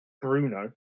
Bruno